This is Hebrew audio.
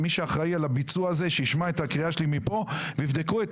מי שאחראי על הביצוע הזה שישמע את הקריאה שלי מפה ושיבדקו את